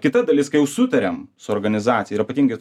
kita dalis kai jau sutariam su organizacija yra ypatingai